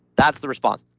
that's the response,